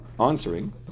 answering